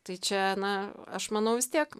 tai čia na aš manau vis tiek